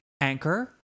anchor